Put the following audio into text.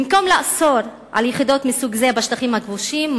במקום לאסור קיום יחידות מסוג זה בשטחים הכבושים,